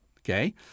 Okay